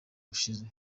ushize